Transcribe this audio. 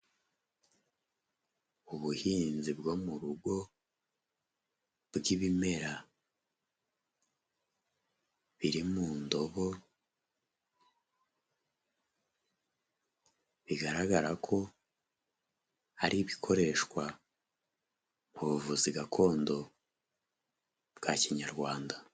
Ubuhinzi bwo mu rugo bw'ibimera biri mu ndobo, bigaragara ko ari ibikoreshwa mu buvuzi gakondo bwa kinyarwanda.